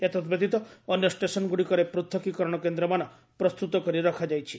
ଏତଦବ୍ୟତୀତ ଅନ୍ୟ ଷ୍ଟେସନଗୁଡ଼ିକରେ ପୃଥକୀକରଣ କେନ୍ଦ୍ରମାନ ପ୍ରସ୍ତୁତ କରି ରଖାଯାଇଛି